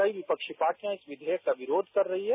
कई विपक्षी पार्टियां इस विघेयक का विरोध कर रही हैं